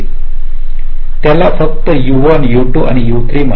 त्याला फक्त u1 u2 आणि u3 म्हणा